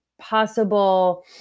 possible